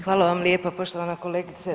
Hvala vam lijepa poštovana kolegice.